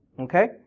Okay